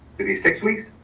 thirty six weeks,